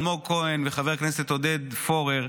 אלמוג כהן וחבר הכנסת עודד פורר,